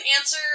answer